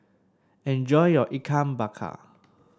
enjoy your Ikan Bakar